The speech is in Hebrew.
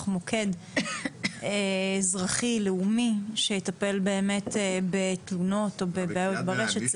מוקד אזרחי לאומי שיטפל באמת בתלונות או בבעיות ברשת,